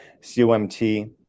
COMT